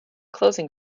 closing